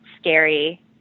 scary